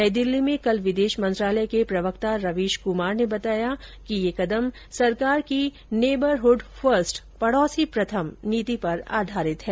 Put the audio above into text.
नई दिल्ली में कल विदेश मंत्रालय के प्रवक्ता रवीश कुमार ने बताया कि यह कदम सरकार की नेबरहड फर्स्ट पड़ोसी प्रथम नीति पर आधारित है